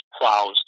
plows